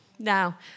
Now